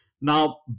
now